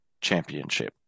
championship